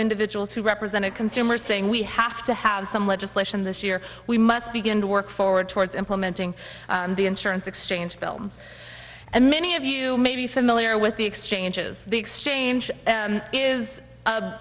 individuals who represented consumers saying we have to have some legislation this year we must begin to work forward towards implementing the insurance exchange film and many of you may be familiar with the exchanges the exchange